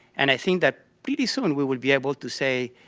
and i think that pretty soon we will be able to say